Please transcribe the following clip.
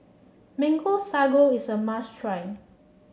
Mango Sago is a must try